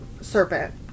Serpent